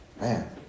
man